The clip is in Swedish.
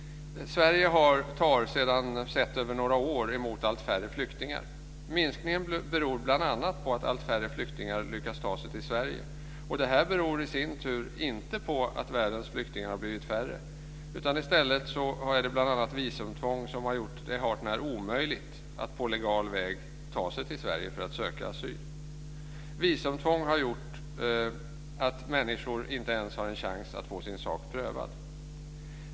Sverige tar sett över några år emot allt färre flyktingar. Minskningen beror bl.a. på att allt färre flyktingar lyckas ta sig till Sverige. Det här beror i sin tur inte på att världens flyktingar har blivit färre, utan i stället har bl.a. visumtvånget gjort det hart när omöjligt att på legal väg ta sig till Sverige för att söka asyl. Visumtvånget har gjort att människor inte ens har en chans att få sin ska prövad.